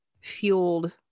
fueled